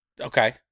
Okay